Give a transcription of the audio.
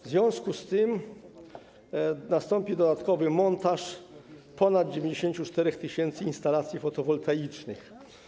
W związku z tym nastąpi dodatkowy montaż ponad 94 tys. instalacji fotowoltaicznych.